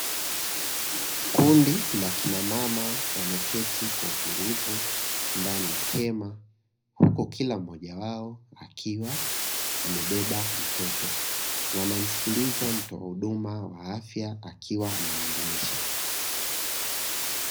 Kundi la kinamama wameketi kwa utulivu ndani ya hema, huku kila mmoja wao akiwa amebeba mtoto. Wanamsikiliza mtoa huduma wa afya akiwa anawaelimisha.